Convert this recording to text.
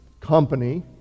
company